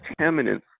contaminants